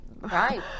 Right